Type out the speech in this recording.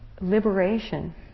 liberation